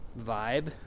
vibe